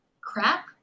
crap